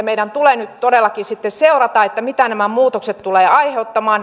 meidän tulee nyt todellakin sitten seurata mitä nämä muutokset tulevat aiheuttamaan